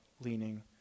leaning